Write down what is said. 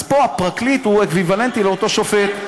אז פה הפרקליט הוא אקוויוולנטי לאותו שופט.